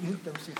התמזל